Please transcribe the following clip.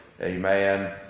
amen